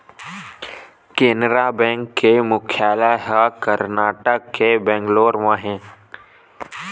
Canara bank के मुख्यालय ह करनाटक के बेंगलोर म हे